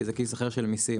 כי זה כיס אחר של מיסים.